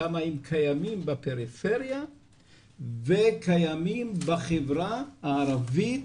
כמה הם קיימים בפריפריה וקיימים בחברה הערבית,